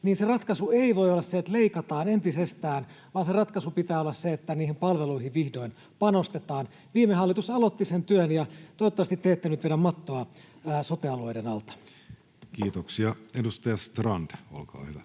niin se ratkaisu ei voi olla, että leikataan entisestään, vaan ratkaisun pitää olla, että palveluihin vihdoin panostetaan. Viime hallitus aloitti sen työn, ja toivottavasti te ette nyt vedä mattoa sote-alueiden alta. Kiitoksia. — Edustaja Strand, olkaa hyvä.